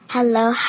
，Hello